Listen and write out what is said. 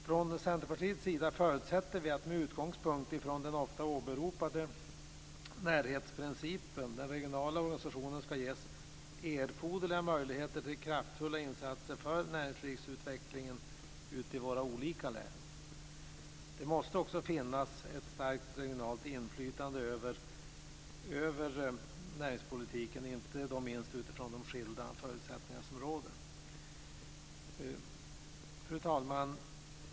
Från Centerpartiets sida förutsätter vi, med utgångspunkt från den ofta åberopade närhetsprincipen, att den regionala organisationen ska ges erforderliga möjligheter till kraftfulla insatser för näringslivsutvecklingen ute i våra olika län. Det måste också finnas ett starkt regionalt inflytande över näringspolitiken, inte minst utifrån de skilda förutsättningar som råder. Fru talman!